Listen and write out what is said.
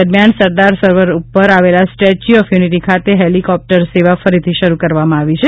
દરમ્યાન સરદાર સરોવર ઉપર આવેલા સ્ટેચ્યુ ઓફ યુનિટી ખાતે હેલીકોપ્ટર સેવા ફરીથી શરૂ કરવામાં આવી છે